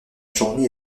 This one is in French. journée